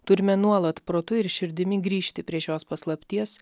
turime nuolat protu ir širdimi grįžti prie šios paslapties